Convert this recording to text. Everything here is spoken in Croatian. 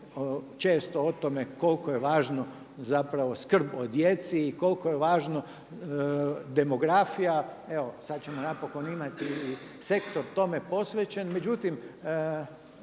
o tome koliko je važno zapravo skrb o djeci i koliko je važno demografija. Evo sad ćemo napokon imati i sektor tome posvećen. Međutim,